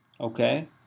okay